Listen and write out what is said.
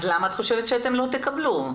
אז למה את חושבת שלא תקבלו?